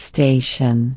Station